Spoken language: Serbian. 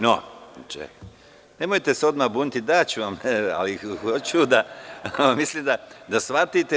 Nemojte se odmah buniti, daću vam reč, ali hoću da shvatite.